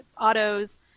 autos